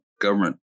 government